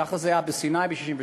ככה זה היה בסיני ב-1967,